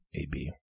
AB